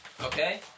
Okay